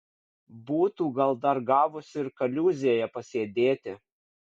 būtų gal dar gavusi ir kaliūzėje pasėdėti